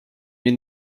mir